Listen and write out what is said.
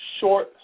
short